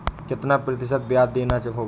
कितना प्रतिशत ब्याज देना होगा?